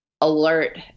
alert